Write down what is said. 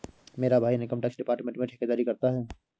मेरा भाई income tax department में ठेकेदारी करता है